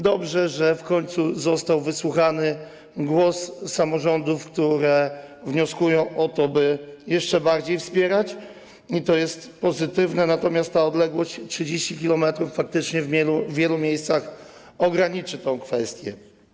Dobrze, że w końcu został wysłuchany głos samorządów, które wnioskują o to, by jeszcze bardziej to wspierać, i to jest pozytywne, natomiast ta odległość 30 km faktycznie w wielu miejscach ograniczy tę kwestię.